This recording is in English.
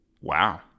Wow